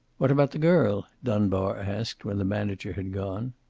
what about the girl? dunbar asked, when the manager had gone.